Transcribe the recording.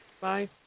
Bye